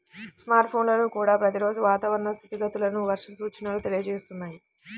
smart ఫోన్లల్లో కూడా ప్రతి రోజూ వాతావరణ స్థితిగతులను, వర్ష సూచనల తెలియజేస్తున్నారు